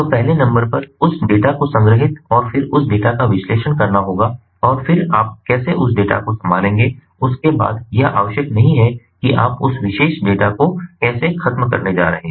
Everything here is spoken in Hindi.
तो पहले नंबर पर उस डेटा को संग्रहीत और फिर उस डेटा का विश्लेषण करना होगा और फिर आप कैसे उस डेटा को संभालेंगे उसके बाद यह आवश्यक नहीं है कि आप उस विशेष डेटा को कैसे खत्म करने जा रहे हैं